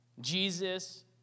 Jesus